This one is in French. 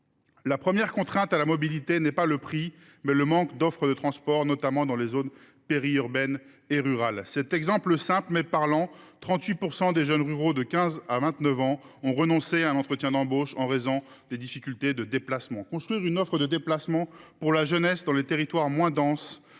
la première contrainte à la mobilité est non pas le prix, mais le manque d’offres de transport, notamment dans les zones périurbaines et rurales. Je citerai un exemple simple, mais parlant : 38 % des jeunes ruraux de 15 à 29 ans ont renoncé à un entretien d’embauche en raison de difficultés de déplacement. Construire une offre de déplacement pour la jeunesse dans les territoires moins denses